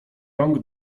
rąk